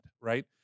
right